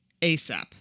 ASAP